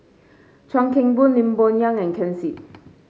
Chuan Keng Boon Lim Bo Yam and Ken Seet